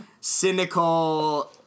cynical